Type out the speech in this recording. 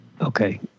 Okay